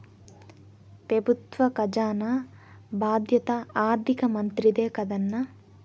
పెబుత్వ కజానా బాధ్యత ఆర్థిక మంత్రిదే కదన్నా